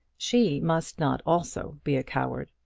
she must not also be a coward!